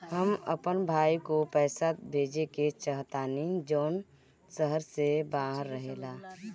हम अपन भाई को पैसा भेजे के चाहतानी जौन शहर से बाहर रहेला